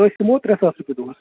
أسۍ ہیمو ترےٚ ساس رۄپیہِ دۄہس